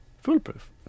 Foolproof